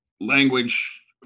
language